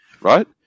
right